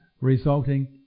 resulting